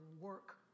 work